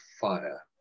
fire